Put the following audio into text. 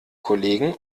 kollegen